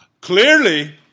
Clearly